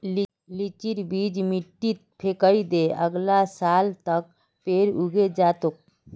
लीचीर बीज मिट्टीत फेकइ दे, अगला साल तक पेड़ उगे जा तोक